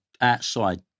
outside